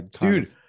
Dude